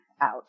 out